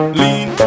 lean